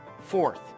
Fourth